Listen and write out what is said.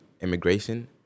immigration